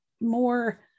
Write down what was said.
more